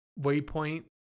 Waypoint